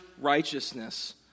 righteousness